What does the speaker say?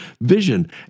vision